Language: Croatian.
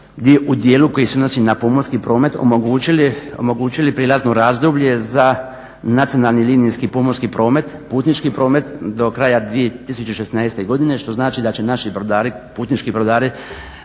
14.u dijelu koji se odnosi na pomorski promet omogućili prijelazno razdoblje za nacionalni linijski pomorski promet, putnički promet do kraja 2016.godine što znači da će naši putnički brodari